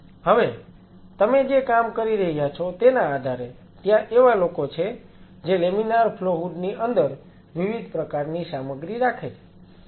હવે તમે જે કામ કરી રહ્યા છો તેના આધારે ત્યાં એવા લોકો છે જે લેમિનાર ફ્લો હૂડ ની અંદર વિવિધ પ્રકારની સામગ્રી રાખે છે